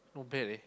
not bad eh